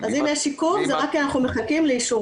אז אם יש עיכוב, זה רק כי אנחנו מחכים לאישורים.